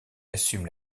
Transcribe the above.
assume